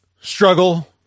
struggle